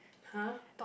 !huh!